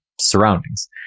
surroundings